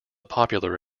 popular